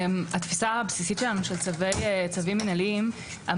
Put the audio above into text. התפיסה הבסיסית שלנו לגבי צווים מינהליים היא